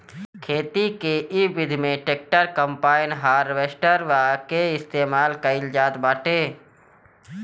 खेती के इ विधि में ट्रैक्टर, कम्पाईन, हारवेस्टर के इस्तेमाल कईल जात बाटे